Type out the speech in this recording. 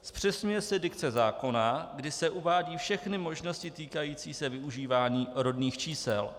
Zpřesňuje se dikce zákona, kde se uvádějí všechny možnosti týkající se využívání rodných čísel.